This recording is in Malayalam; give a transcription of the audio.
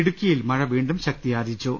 ഇടുക്കിയിൽ മഴ വീണ്ടും ശക്തിയാർജ്ജിച്ചു